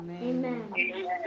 Amen